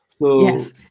Yes